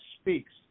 speaks